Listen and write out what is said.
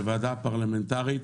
בוועדה פרלמנטרית,